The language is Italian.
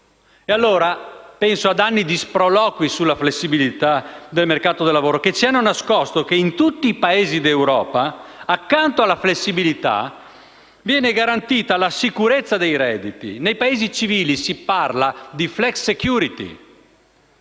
Penso ad anni di sproloqui sulla flessibilità nel mercato del lavoro, che ci hanno nascosto che in tutti i Paesi d'Europa accanto alla flessibilità viene garantita la sicurezza dei redditi. Nei Paesi civili si parla di *flexsecurity*.